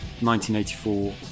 1984